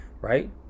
right